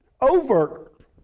overt